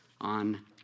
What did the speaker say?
on